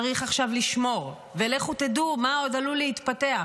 צריך עכשיו לשמור, ולכו תדעו מה עוד עלול להתפתח.